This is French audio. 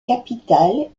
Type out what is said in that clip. capitale